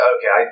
Okay